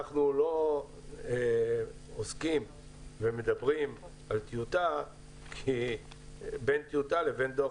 אנחנו לא עוסקים ומדברים על טיוטה כי בין טיוטה לבין דוח